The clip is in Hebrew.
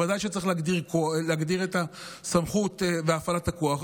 בוודאי שצריך להגדיר את הסמכות בהפעלת הכוח.